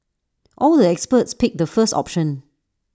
all the experts picked the first option